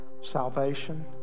Salvation